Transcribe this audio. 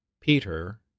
Peter